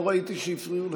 לא ראיתי שהפריעו לך.